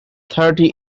thirty